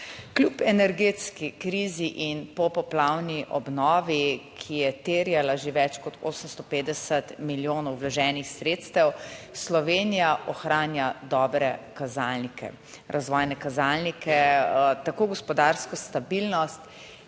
Kljub energetski krizi in popoplavni obnovi, ki je terjala že več kot 850 milijonov vloženih sredstev, Slovenija ohranja dobre kazalnike. Razvojne kazalnike, tako gospodarsko stabilnost,